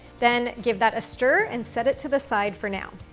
then, give that a stir and set it to the side for now.